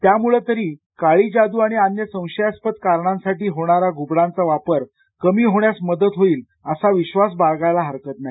त्यामुळं तरी काळी जादू आणि अन्य संशयास्पद कारणांसाठी होणारा घुबडांचा वापर कमी होण्यास मदत होईल अशी आशा करायला हरकत नाही